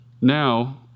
now